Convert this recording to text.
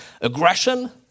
aggression